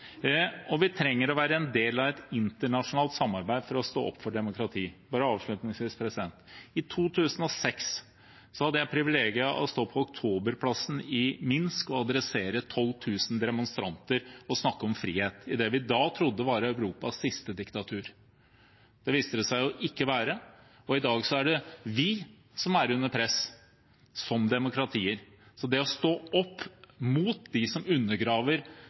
Vi trenger å være en del av et internasjonalt samarbeid for å stå opp for demokratiet. I 2006 hadde jeg privilegiet å stå på Oktoberplassen i Minsk og adressere 12 000 demonstranter og snakke om frihet, i det vi da trodde var Europas siste diktatur. Det viste det seg ikke å være, og i dag er det vi som er under press som demokratier. Det å stå opp mot dem som undergraver